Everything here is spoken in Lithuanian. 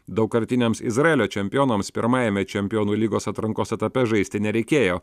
daugkartiniams izraelio čempionams pirmajame čempionų lygos atrankos etape žaisti nereikėjo